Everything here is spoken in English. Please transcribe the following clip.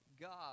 God